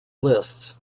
lists